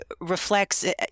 reflects